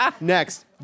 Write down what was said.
Next